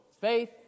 Faith